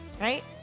right